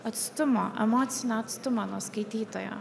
atstumo emocinio atstumo nuo skaitytojo